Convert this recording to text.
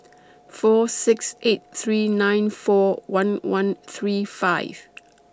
four six eight three nine four one one three five